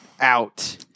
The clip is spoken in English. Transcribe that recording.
out